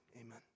amen